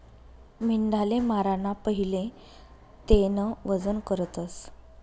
मेंढाले माराना पहिले तेनं वजन करतस